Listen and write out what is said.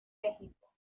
mexico